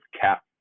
cap